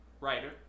writer